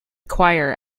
choir